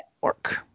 work